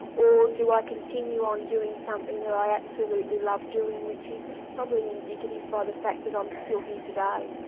or do i continue on doing something that i absolutely love doing, which is probably indicated by the fact that i'm still here today.